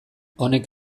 honek